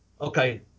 okay